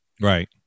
Right